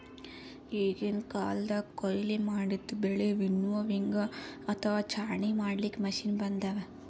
ಈಗಿನ್ ಕಾಲ್ದಗ್ ಕೊಯ್ಲಿ ಮಾಡಿದ್ದ್ ಬೆಳಿ ವಿನ್ನೋವಿಂಗ್ ಅಥವಾ ಛಾಣಿ ಮಾಡ್ಲಾಕ್ಕ್ ಮಷಿನ್ ಬಂದವ್